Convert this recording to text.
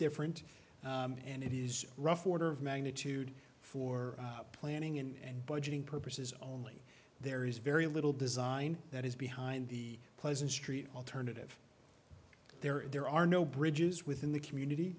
different and it is rough order of magnitude for planning and budgeting purposes only there is very little design that is behind the pleasant street alternative there is there are no bridges within the community